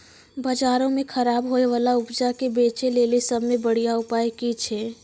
बजारो मे खराब होय बाला उपजा के बेचै लेली सभ से बढिया उपाय कि छै?